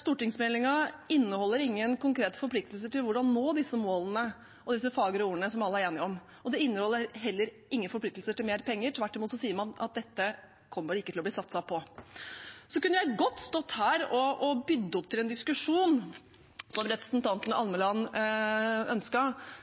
stortingsmeldingen inneholder ingen konkrete forpliktelser til hvordan vi skal nå disse målene, disse fagre ordene som alle er enige om. Den inneholder heller ingen forpliktelser til mer penger, tvert imot sier man at dette kommer det ikke til å bli satset på. Jeg kunne godt stått her og bydd opp til en diskusjon, som representanten Almeland